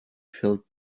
felt